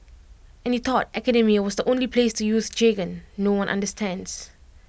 and you thought academia was the only place to use jargon no one understands